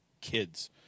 kids